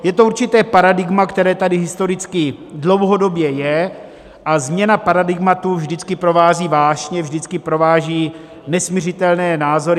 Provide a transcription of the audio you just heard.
Je to určité paradigma, které tady historicky dlouhodobě je, a změnu paradigmatu vždycky provází vášně, vždycky provází nesmiřitelné názory.